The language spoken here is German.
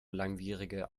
langwierige